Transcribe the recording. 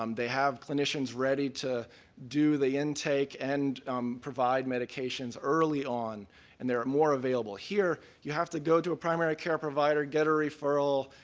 um they have clinicians ready to do the intake and provide medications early on and they're more available. here you have to go to a primary care provider, get a referral,